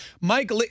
Mike